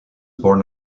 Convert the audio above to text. born